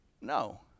No